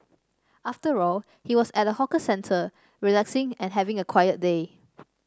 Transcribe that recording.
after all he was at a hawker centre relaxing and having a quiet day